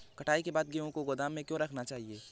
कटाई के बाद गेहूँ को गोदाम में क्यो रखना चाहिए?